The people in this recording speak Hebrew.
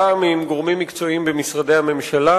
גם עם גורמים מקצועיים במשרדי הממשלה,